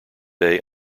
day